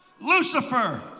Lucifer